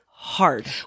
hard